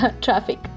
traffic